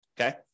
Okay